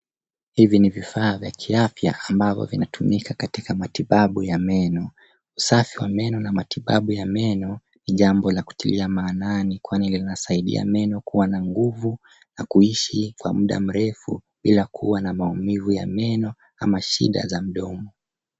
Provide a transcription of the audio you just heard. Hivi ni vifaa vya kiafya ambavyo vinatumika katika matibabu ya meno. Usafi wa meno na matibabu ya meno ni jambo la kutiilia maanani kwani linasaidia meno kuwa na nguvu na kuishi kwa muda mrefu bila kuwa na maumivu ya meno ama shida za mdomo.